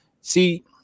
See